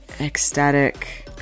ecstatic